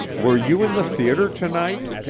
were you in the theater to-night?